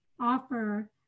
offer